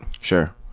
Sure